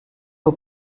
aux